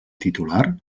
titular